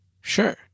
Sure